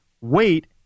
wait